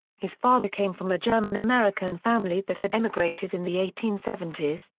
his father came from a german-american family that had emigrated in the eighteen seventy s,